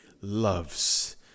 loves